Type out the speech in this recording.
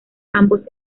ambos